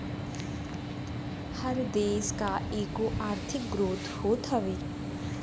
हर देस कअ एगो आर्थिक ग्रोथ होत हवे